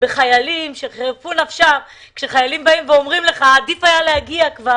אשחרר את חרצובות לשוני על ההתנהגות